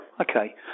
okay